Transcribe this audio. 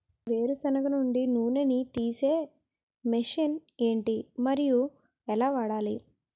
వేరు సెనగ నుండి నూనె నీ తీసే మెషిన్ ఏంటి? మరియు ఎలా వాడాలి?